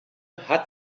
hat